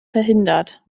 verhindert